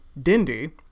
Dindy